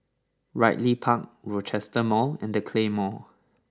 Ridley Park Rochester Mall and The Claymore